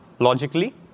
logically